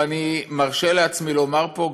ואני מרשה לעצמי לומר פה,